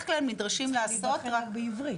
כלל הם נדרשים לעשות את הבחינות רק בעברית.